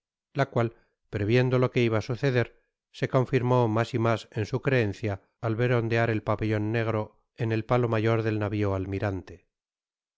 la cual previendo lo que iba á suceder se confirmó mas y mas en su creencia al ver ondear el pabetlon negro en el palo mayor del navio almirante